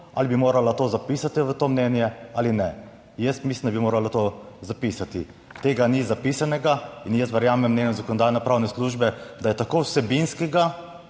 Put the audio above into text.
ali bi morala to zapisati v to mnenje ali ne? Jaz mislim, da bi moralo to zapisati. Tega ni zapisanega in jaz verjamem mnenju Zakonodajno-pravne službe, da je tako z vsebinskega